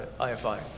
IFI